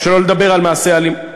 שלא לדבר על מעשי אלימות,